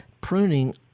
pruning –